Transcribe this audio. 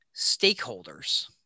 stakeholders